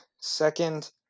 Second